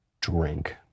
Drink